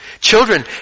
Children